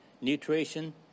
nutrition